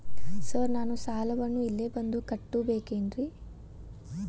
Sir ನಾನು ಸಾಲವನ್ನು ಇಲ್ಲೇ ಬಂದು ಕಟ್ಟಬೇಕೇನ್ರಿ?